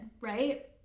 right